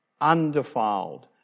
undefiled